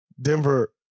Denver